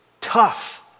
tough